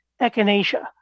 echinacea